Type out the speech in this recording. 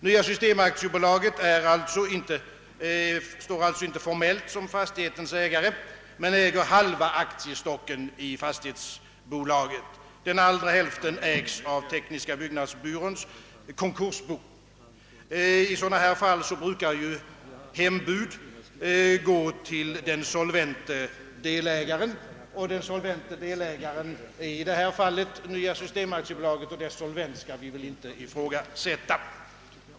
Nya System AB står alltså inte formellt som fastighetens ägare men äger halva aktiestocken i fastighetsbolaget. Den andra hälften ägs av Tekniska byggnadsbyråns konkursbo. I sådana fall brukar ju hembud gå till den solvente delägaren, som i detta fall är Nya System AB, vars solvens inte skall ifrågasättas.